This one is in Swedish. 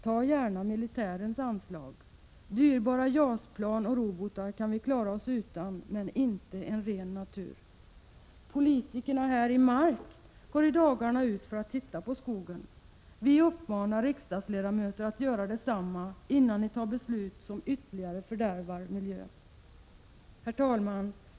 Ta gärna militärens anslag. Dyrbara JAS-plan — Prot. 1986/87:122 och robotar kan vi klara oss utan, men inte en ren natur. 13 maj 1987 Politikerna här i Mark går i dagarna ut för att titta på skogen. Vi uppmanar riksdagsledamöter att göra detsamma innan ni tar beslut som ytterligare fördärvar miljön.” Herr talman!